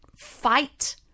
fight